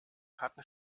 hatten